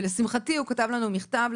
ולשמחתי, הוא כתב לנו מכתב.